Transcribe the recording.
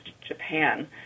Japan